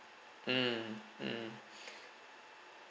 mm mm